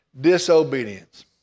disobedience